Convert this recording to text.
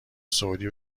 سعودی